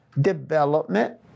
development